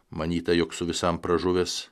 manyta jog su visam pražuvęs